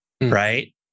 right